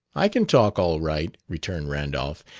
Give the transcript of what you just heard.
i can talk all right, returned randolph.